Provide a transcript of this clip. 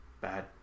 bad